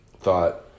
thought